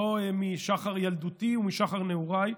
לא משחר ילדותי ולא משחר נעוריי.